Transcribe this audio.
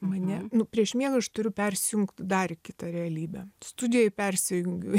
mane nu prieš miegą aš turiu persijungt dar į kitą realybę studijoj persijungiu